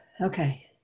Okay